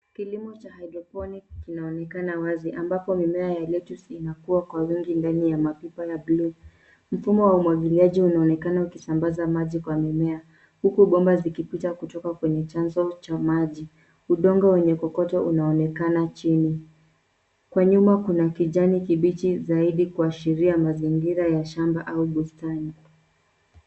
Kilimo cha hydroponic kinaonekana wazi ambapo mimea ya lettuce inakua kwa wingi ndani ya mapipa ya blue .Mfumo wa umwagiliaji unaonekana ukisambaza maji kwa mimea huku bomba zikipita kutoka kwenye chanzo cha maji. Udongo wenye kokoto unaonekana chini. Kwa nyuma kuna kijani kibichi zaidi kuashiria mazingira ya shamba au bustani.